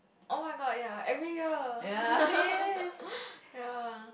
oh-my-god ya every year ya